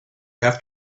have